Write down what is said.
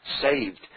saved